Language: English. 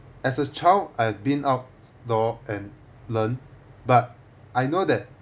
as a child I have been outdoor and learnt but I know that